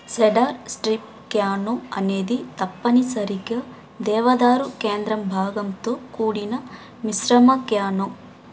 cedar strip canoe అనేది తప్పనిసరిగా దేవదారు కేంద్రం భాగంతో కూడిన మిశ్రమ క్యానో